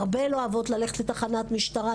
הרבה לא אוהבות ללכת לתחנת משטרה,